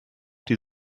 die